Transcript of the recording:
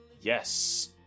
Yes